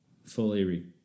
Fully